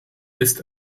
ist